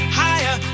higher